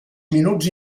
minuts